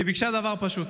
היא ביקשה דבר פשוט.